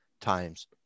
times